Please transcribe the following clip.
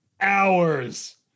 hours